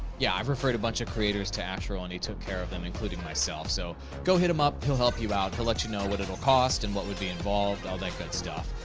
yeah, i've referred a bunch of creators to ashral and he took care of them, including myself. so go hit him up. he'll help you out. he'll let you know what it'll cost and what would be involved, all that good stuff.